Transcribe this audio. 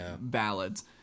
ballads